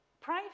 Pray